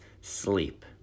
sleep